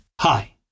Hi